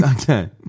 Okay